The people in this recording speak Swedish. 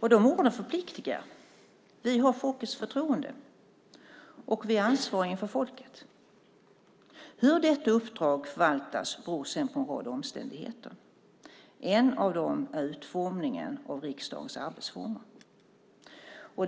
De orden förpliktar. Vi har folkets förtroende, och vi är ansvariga inför folket. Hur detta uppdrag förvaltas beror sedan på en rad omständigheter. En av dem är utformningen av riksdagens arbetsformer.